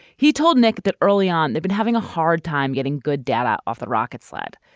he told nick that early on they've been having a hard time getting good data off the rocket sled.